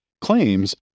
claims